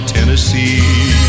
Tennessee